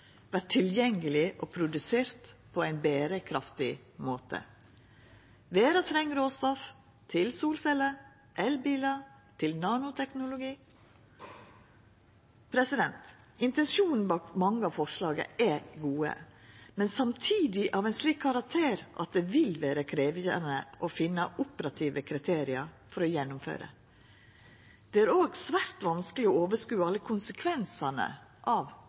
vert tilgjengelege og produserte på ein berekraftig måte. Verda treng råstoff til solceller, elbilar og nanoteknologi. Intensjonen bak mange av forslaga er gode, men samtidig av ein slik karakter at det vil vera krevjande å finna operative kriterium for å gjennomføra dei. Det er også svært vanskeleg å ha oversyn over alle konsekvensane av